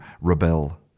rebel